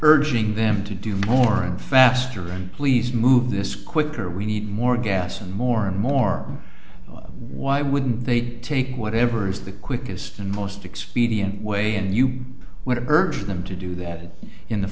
urging them to do more and faster and please move this quicker we need more gas and more and more why wouldn't they take whatever is the quickest and most expedient way and you want to urge them to do that in the